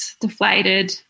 deflated